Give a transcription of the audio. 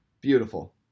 Beautiful